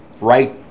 right